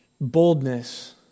boldness